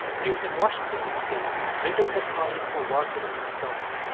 he was in washington, d c, visiting a colleague who worked at the smithsonian.